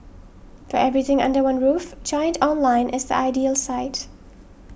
for everything under one roof Giant Online is the ideal site